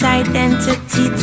identity